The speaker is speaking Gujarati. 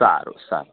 સારું સારું